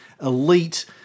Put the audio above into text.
elite